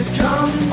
come